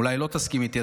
אולי לא תסכים איתי,